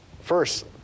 first